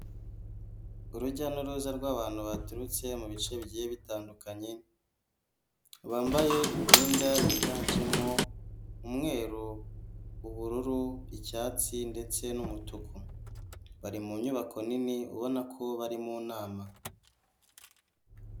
Urujya n'uruza rw'abantu baturutse mu bice bigiye bitandukanye, bambaye imyenda yiganjemo umweru, ubururu, icyatsi ndetse n'umutuku. Bari mu nyubako nini ubona ko bari mu nama.